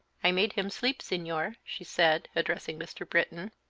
i made him sleep, senor, she said, addressing mr. britton,